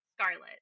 scarlet